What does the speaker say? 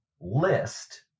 list